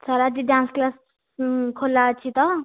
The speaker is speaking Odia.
ସାର୍ ଆଜି ଡ୍ୟାନ୍ସ କ୍ଲାସ୍ ଖୋଲା ଅଛି ତ